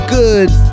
good